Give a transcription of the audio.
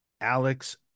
Alex